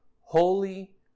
holy